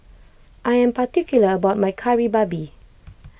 I am particular about my Kari Babi